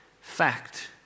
Fact